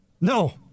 No